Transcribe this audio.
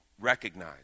recognize